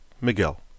Miguel